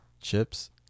Chips